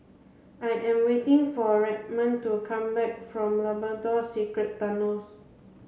I am waiting for Redmond to come back from Labrador Secret Tunnels